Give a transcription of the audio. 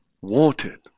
wanted